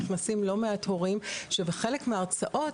נכנסים לא מעט הורים שבחלק מההרצאות,